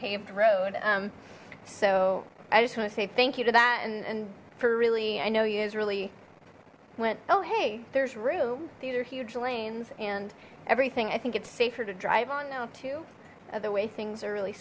paved road so i just want to say thank you to that and and for really i know you guys really went oh hey there's room these are huge lanes and everything i think it's safer to drive on now to other way things are really